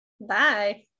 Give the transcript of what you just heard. Bye